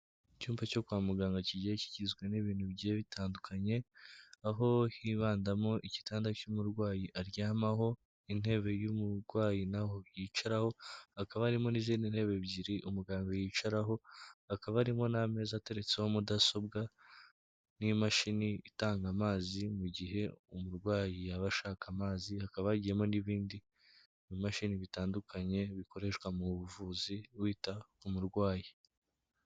Icyumba cyo kwa muganga kigiye kigizwe n'ibintu bigiye bitandukanye, aho hibandamo igitanda cy'umurwayi aryamaho, intebe y'umurwayi naho yicaraho, hakaba harimo n'izindi ntebe ebyiri umuganga yicaraho, hakaba harimo n'ameza ateretseho mudasobwa n'imashini itanga amazi mu gihe umurwayi yaba ashaka amazi, hakaba hagiye harimo n'ibindi bimashini bitandukanye bikoreshwa mu buvuzi bita umurwayi.